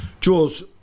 Jules